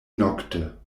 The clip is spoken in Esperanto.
nokte